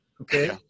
Okay